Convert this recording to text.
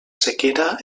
sequera